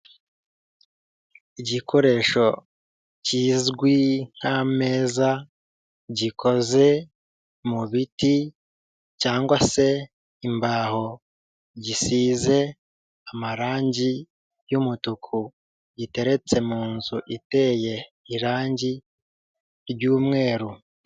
Igikoresho kizwi nk'ameza, gikoze mu biti cyangwa se imbaho, gisize amarangi y'umutuku, giteretse mu nzu iteye irangi ry'umweru.